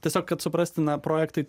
tiesiog kad suprasti na projektai